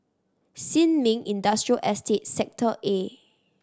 Sin Ming Industrial Estate Sector A